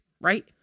right